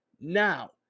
Now